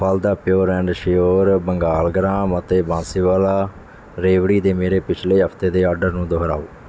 ਫਲਦਾ pure and sure Bengal gram ਅਤੇ ਬਾਂਸੀਵਾਲਾ ਰੇਵਡੀ ਦੇ ਮੇਰੇ ਪਿਛਲੇ ਹਫਤੇ ਦੇ ਆਡਰ ਨੂੰ ਦੁਹਰਾਓ